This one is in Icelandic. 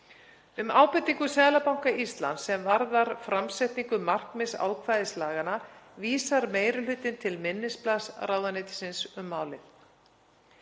Um ábendingu Seðlabanka Íslands, sem varðar framsetningu markmiðsákvæðis laganna, vísar meiri hlutinn til minnisblaðs ráðuneytisins um málið.